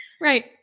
Right